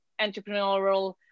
entrepreneurial